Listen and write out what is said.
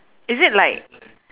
is it like